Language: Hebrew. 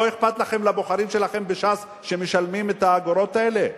לא אכפת לכם מהבוחרים שלכם מש"ס שמשלמים את האגורות האלה?